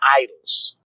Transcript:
idols